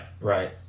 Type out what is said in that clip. right